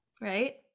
Right